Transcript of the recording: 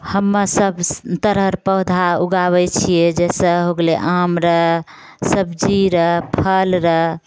हम सब तरह रऽ पौधा उगाबै छिए जइसे हो गेलै आम रऽ सब्जी रऽ फल रऽ